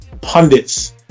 pundits